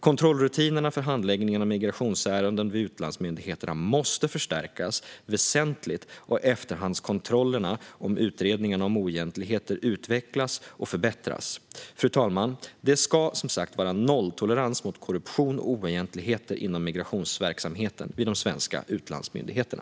Kontrollrutinerna för handläggningen av migrationsärenden vid utlandsmyndigheterna måste förstärkas väsentligt och efterhandskontrollerna och utredningarna om oegentligheter utvecklas och förbättras. Riksrevisionens rapport om skyddet mot oegentligheter inom migrations-verksamheten vid utlandsmyndigheterna Fru talman! Det ska, som sagt, vara nolltolerans mot korruption och oegentligheter inom migrationsverksamheten vid de svenska utlandsmyndigheterna.